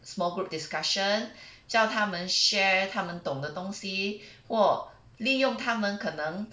small group discussion 教他们 share 他们懂得东西或利用他们可能